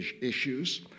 issues